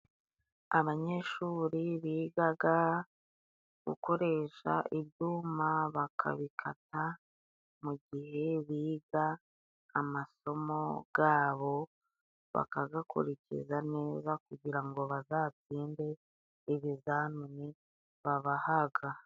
Abanyeshuri bigaga gukoresha ibyuma bakabikata， mu gihe biga amasomo gabo， bakagakurikiza neza kugirango bazatsinde ibizamini babahaga.